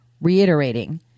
reiterating